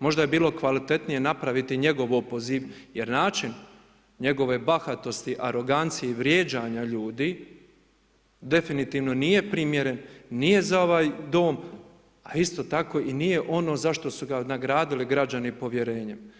možda bi bilo kvalitetnije napraviti njegov opoziv jer način njegove bahatosti, arogancije i vrijeđanja ljudi definitivno nije primjeren, nije za ovaj dom, a isto tako i nije ono za što su ga nagradili građani povjerenjem.